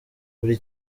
buri